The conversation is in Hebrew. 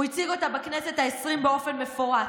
הוא הציג אותה בכנסת העשרים באופן מפורט.